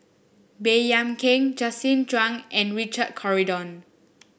Baey Yam Keng Justin Zhuang and Richard Corridon